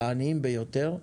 לעניים ביותר,